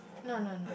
no no no